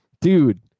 Dude